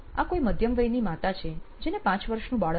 આ કોઈ મધ્યમ વયની માતા છે જેને 5 વર્ષનું બાળક છે